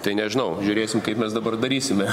tai nežinau žiūrėsim kaip mes dabar darysime